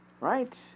Right